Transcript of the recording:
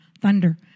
thunder